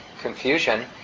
confusion